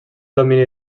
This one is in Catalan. domini